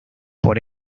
por